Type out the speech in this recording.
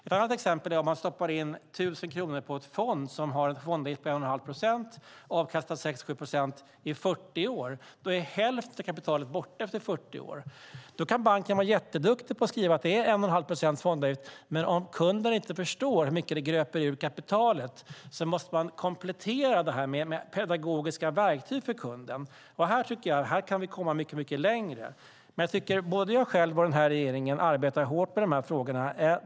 Ett annat exempel: Om man sätter in 1 000 kronor i en fond som har en fondavgift på 1 1⁄2 procent och som avkastar 6-7 procent är hälften av kapitalet borta efter 40 år. Banken kan vara duktig och skriva ut att fondavgiften är 1 1⁄2 procent, men om kunden inte förstår hur mycket detta gröper ur kapitalet måste man komplettera den informationen med pedagogiska verktyg för kunden. Här kan vi komma mycket längre. Både jag själv och regeringen arbetar hårt med de här frågorna.